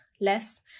less